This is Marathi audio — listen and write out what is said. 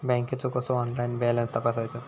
बँकेचो कसो ऑनलाइन बॅलन्स तपासायचो?